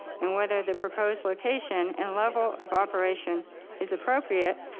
and whether the proposed location and level of operation is appropriate,